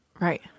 Right